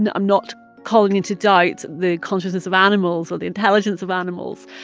and i'm not calling into doubt the consciousness of animals or the intelligence of animals.